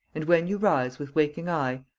and when you rise with waking eye,